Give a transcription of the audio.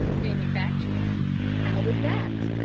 manufacturer how is that?